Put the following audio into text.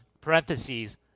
parentheses